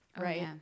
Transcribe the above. right